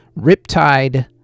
Riptide